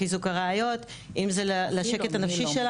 לחיזוק הראיות, אם זה לשקט הנפשי שלה.